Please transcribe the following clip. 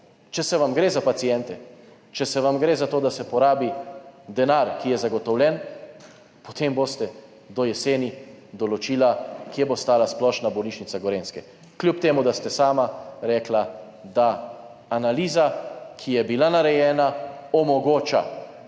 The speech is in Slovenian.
Če vam gre za paciente, če vam gre za to, da se porabi denar, ki je zagotovljen, potem boste do jeseni določili, kje bo stala splošna bolnišnica Gorenjske, kljub temu, da ste sami rekli, da analiza, ki je bila narejena, omogoča